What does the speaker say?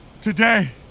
Today